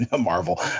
Marvel